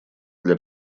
для